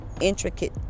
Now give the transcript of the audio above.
intricate